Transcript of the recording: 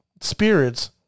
spirits